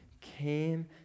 came